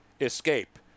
escape